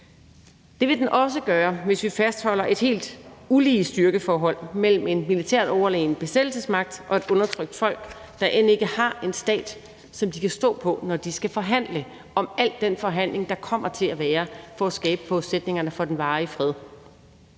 Det vil den også gøre, hvis vi fastholder et helt ulige styrkeforhold mellem en militært overlegen besættelsesmagt og et undertrykt folk, der end ikke har en stat, som de kan stå på, når de skal deltage i al den forhandling, der kommer til at være for at skabe forudsætningerne for den varige fred.